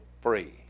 free